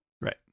Right